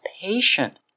patient